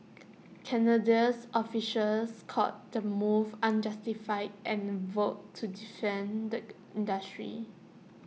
Canadians officials called the move unjustified and vowed to defend the industry